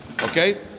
okay